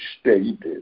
stated